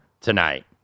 tonight